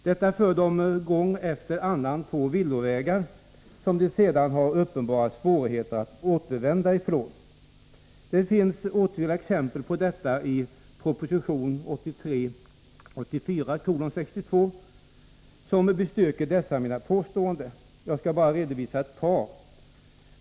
Detta för dem gång efter annan på villovägar, som de sedan har uppenbara svårigheter att återvända ifrån. Det finns åtskilliga exempel på detta i proposition 1983/84:62 som bestyrker dessa mina påståenden. Jag skall redovisa endast ett par av dem.